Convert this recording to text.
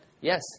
Yes